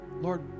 Lord